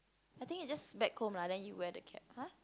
I think it's just back comb lah then you wear the cap !huh!